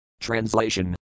Translation